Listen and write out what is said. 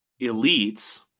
elites